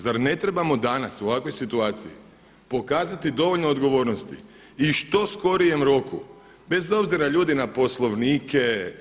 Zar ne trebamo danas u ovakvoj situaciji pokazati dovoljno odgovornosti i što skorijem roku, bez obzira ljudi na Poslovnike.